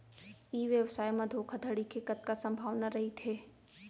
ई व्यवसाय म धोका धड़ी के कतका संभावना रहिथे?